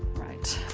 right.